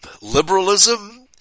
liberalism